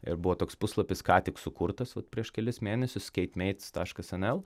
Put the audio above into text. ir buvo toks puslapis ką tik sukurtas vat prieš kelis mėnesius skeit meits taškas nl